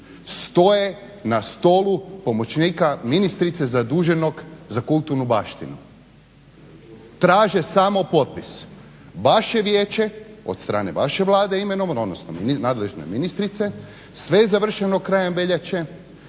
Stoje na stolu pomoćnika ministrice zaduženog za kulturnu baštinu, traže samo potpis. Vaše vijeće od vaše Vlade imenovano odnosno nadležne ministrice, sve je završeno krajem veljače,